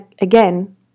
again